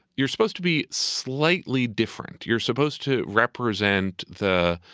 you're supposed to be slightly different. you're supposed to represent the.